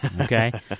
Okay